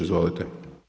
Izvolite.